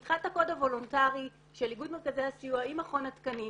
פיתחה את הקוד הוולונטרי של איגוד מרכזי הסיוע עם מכון התקנים.